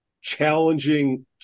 challenging